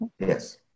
Yes